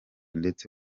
ndetse